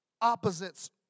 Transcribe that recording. opposites